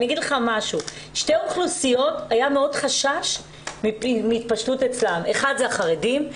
לגבי שתי אוכלוסיות היה חשש גדול מאוד מהתפשטות המחלה אצלן: החרדים,